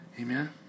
Amen